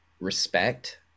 respect